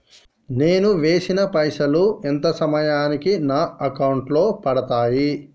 నేను వేసిన పైసలు ఎంత సమయానికి నా అకౌంట్ లో పడతాయి?